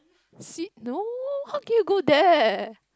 see no how can you go there